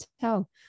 tell